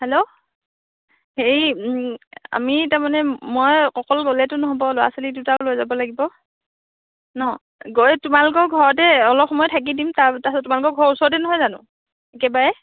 hello হেৰি আমি তাৰমানে মই অকল গ'লেইতো নহ'ব ল'ৰা ছোৱালী দুটাও লৈ যাব লাগিব ন গৈ তোমালোকৰ ঘৰতে অলপ সময় থাকি দিম তাৰ তাৰপিছত তোমালোকৰ ঘৰৰ ওচৰতে নহয় জানো একেবাৰে